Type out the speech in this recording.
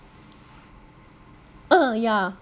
ah ya